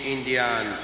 Indian